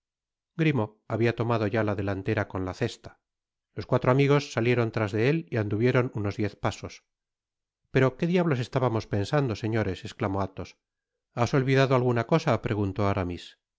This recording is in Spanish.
grimaud habia tomado ya la delantera con la cesta los cuatro amigos salieron tras de él y anduvieron unos diez pasos pero en qué diablos estabamos pensando señores esclamó athos has olvidado alguna cosa preguntó aramis